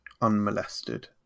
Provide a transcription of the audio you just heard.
unmolested